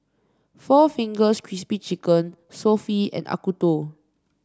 Four Fingers Crispy Chicken Sofy and Acuto